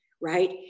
Right